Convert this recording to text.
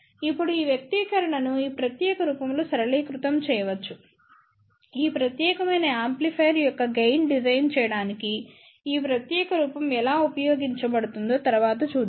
ఇప్పుడు ఈ వ్యక్తీకరణను ఈ ప్రత్యేక రూపంలో సరళీకృతం చేయవచ్చు ఈ ప్రత్యేకమైన యాంప్లిఫైయర్ యొక్క గెయిన్ డిజైన్ చేయడానికి ఈ ప్రత్యేక రూపం ఎలా ఉపయోగపడుతుందో తరువాత చూద్దాం